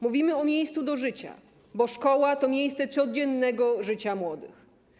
Mówimy o miejscu do życia, bo szkoła to miejsce codziennego życia młodych.